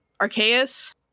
arceus